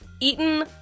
Eaten